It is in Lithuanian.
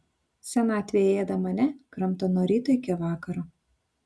senatvė ėda mane kramto nuo ryto iki vakaro